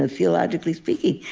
ah theologically speaking,